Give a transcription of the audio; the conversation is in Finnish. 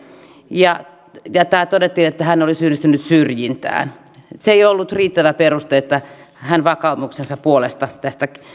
ja todettiin että hän oli syyllistynyt syrjintään se ei ollut riittävä peruste että hän vakaumuksensa puolesta tästä